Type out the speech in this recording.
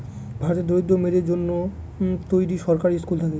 ভারতের দরিদ্র মেয়েদের জন্য তৈরী সরকারি স্কুল থাকে